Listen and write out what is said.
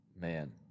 Man